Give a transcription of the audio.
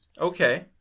Okay